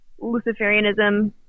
Luciferianism